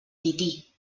tití